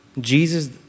Jesus